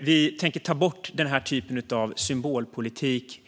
Vi tänker ta bort den här typen av symbolpolitik